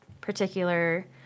particular